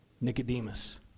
Nicodemus